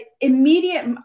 immediate